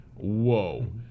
whoa